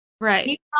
Right